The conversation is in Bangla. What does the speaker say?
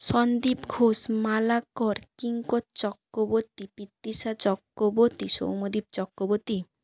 সন্দীপ ঘোষ মালা কর কিঙ্কর চক্রবর্তী পিতৃষা চক্রবর্তী সৌম্যদীপ চক্রবর্তী